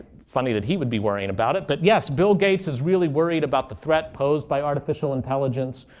funny that he would be worrying about it. but yes, bill gates is really worried about the threat posed by artificial intelligence.